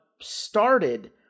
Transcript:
started